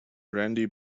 randy